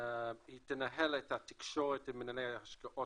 היא תנהל את התקשורת עם מנהלי ההשקעות